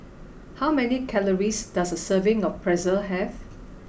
how many calories does a serving of Pretzel have